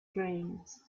dreams